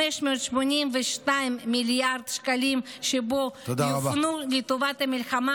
582 מיליארד שקלים שבו יופנו לטובת המלחמה